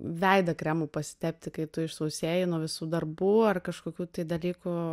veidą kremu pasitepti kai tu išsausėji nuo visų darbų ar kažkokių dalykų